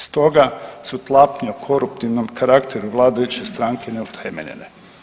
Stoga, su tlapnja koruptivnom karakteru vladajuće stranke neutemeljene.